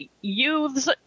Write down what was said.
youths